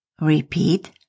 Repeat